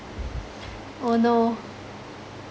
oh no